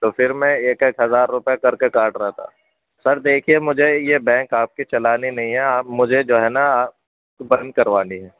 تو پھر میں ایک ایک ہزار روپے کر کے کاٹ رہا تھا سر دیکھیے مجھے یہ بینک آپ کی چلانی نہیں ہے آپ مجھے جو ہے نا بند کروانی ہے